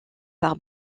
par